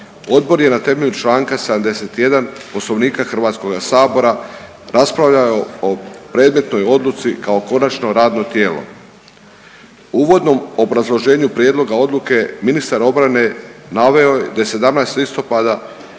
Odbor je na temelju Članka 71. Poslovnika Hrvatskoga sabora raspravljao o predmetnoj odluci kao konačno radno tijelo. U uvodnom obrazloženju prijedloga odluke ministar obrane naveo je da je 17. listopada